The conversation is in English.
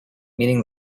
meaning